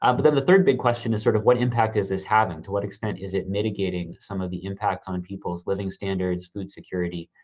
um but then the third big question is sort of what impact is this having? to what extent is it mitigating some of the impacts on people's living standards, food security?